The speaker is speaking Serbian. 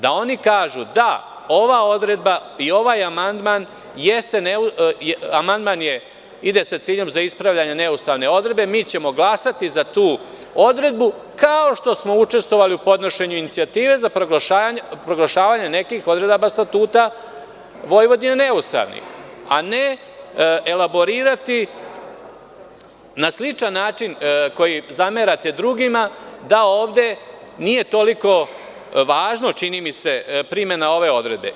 Da oni kažu – da, ova odredba i ovaj amandman ide sa ciljem za ispravljanje neustavne odredbe, mi ćemo glasati za tu odredbu, kao što smo učestvovali u podnošenju inicijative za proglašavanje nekih odredbi Statuta Vojvodine neustavnim, a ne elaborirati na sličan način koji zamerate drugima, da ovde nije toliko važna primena ove odredbe.